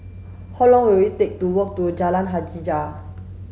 how long will it take to walk to Jalan Hajijah